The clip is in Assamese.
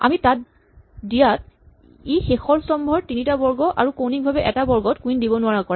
আমি তাত দিয়াত ই শেষৰ স্তম্ভৰ তিনিটা বৰ্গ আৰু কৌণিকভাৱে এটা বৰ্গত কুইন দিব নোৱাৰা কৰে